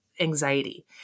anxiety